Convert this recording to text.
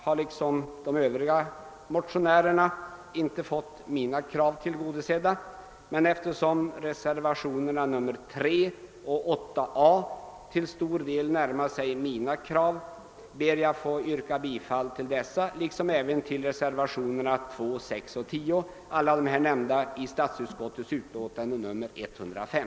I likhet med de övriga motionärerna har jag inte fått mina krav tillgodosedda, men eftersom reservationerna 3 och 8 a närmar sig mina krav ber jag att få yrka bifall till dem liksom även till reservationerna 2, 6 och 10, alla i statsutskottets utlåtande nr 105.